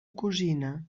cosina